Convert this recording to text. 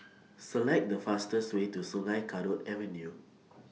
Select The fastest Way to Sungei Kadut Avenue